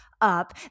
up